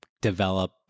develop